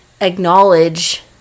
acknowledge